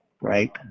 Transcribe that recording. Right